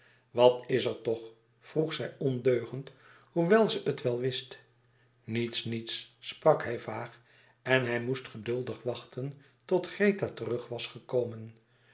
wat is er toch vroeg zij ondeugend hoewel ze het wel wist niets niets sprak hij vaag en hij moest geduldig wachten tot greta terug was gekomen